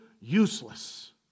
useless